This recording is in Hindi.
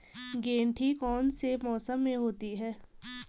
गेंठी कौन से मौसम में होती है?